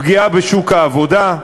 פגיעה בשוק העבודה,